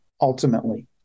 ultimately